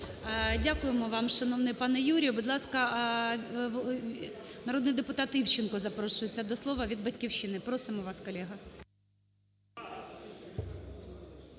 Дякуємо вам, шановний пане Юрію. Будь ласка, народний депутат Івченко запрошується до слова від "Батьківщини". Просимо вас, колего.